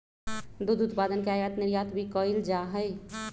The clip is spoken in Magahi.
दुध उत्पादन के आयात निर्यात भी कइल जा हई